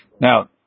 Now